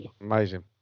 Amazing